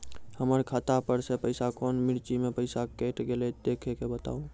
हमर खाता पर से पैसा कौन मिर्ची मे पैसा कैट गेलौ देख के बताबू?